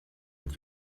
und